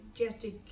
energetic